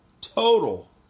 total